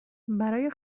برای